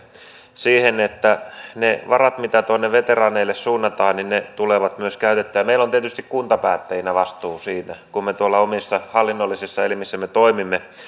siihen että ne varat mitä tuonne veteraaneille suunnataan tulevat myös käytettyä meillä on tietysti kuntapäättäjinä vastuu siitä kun me tuolla omissa hallinnollisissa elimissämme toimimme